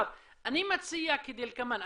אני מציע כדלקמן,